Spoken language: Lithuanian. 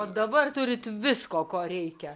o dabar turit visko ko reikia